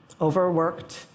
Overworked